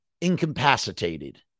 incapacitated